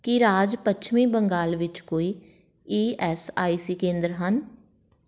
ਕੀ ਰਾਜ ਪੱਛਮੀ ਬੰਗਾਲ ਵਿੱਚ ਕੋਈ ਈ ਐਸ ਆਈ ਸੀ ਕੇਂਦਰ ਹਨ